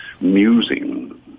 musing